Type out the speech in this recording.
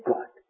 God